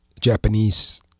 Japanese